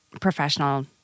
professional